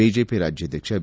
BJP ರಾಜ್ಯಾಧ್ಯಕ್ಷ B